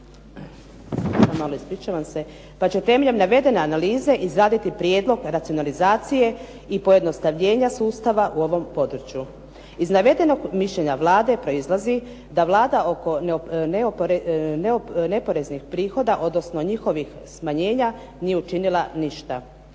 pa će temeljem navedene analize izraditi prijedlog racionalizacije i pojednostavljenja sustava u ovom području. Iz navedenog mišljenja Vlade proizlazi da Vlada oko neporeznih prihoda, odnosno njihovih smanjenja nije učinila ništa.